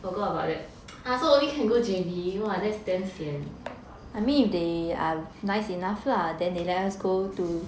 forgot about that !huh! so only can go J_B !wah! that's damn sian